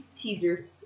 teaser